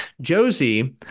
Josie